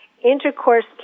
intercourse